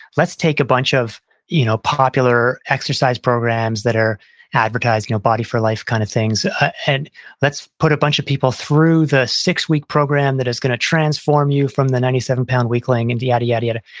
let's take a bunch of you know popular exercise programs that are advertising your body for life kind of things and let's put a bunch of people through the six week program that is going to transform you from the ninety seven pound weakling and yada, yada,